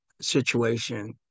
situation